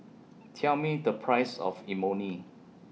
Tell Me The Price of Imoni